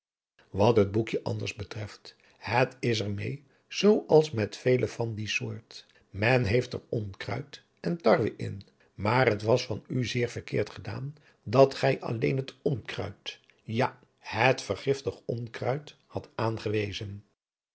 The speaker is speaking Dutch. wat het boekje anders betreft het is er meê zoo als met vele van die soort men heeft er onkruid en tarwe in maar het was van u zeer verkeerd gedaan dat gij alleen het onkruid ja het vergiftig onkruid hadt aangewezen